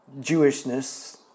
Jewishness